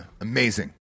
Amazing